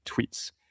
tweets